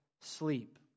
sleep